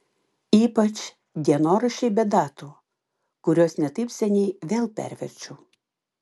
ypač dienoraščiai be datų kuriuos ne taip seniai vėl perverčiau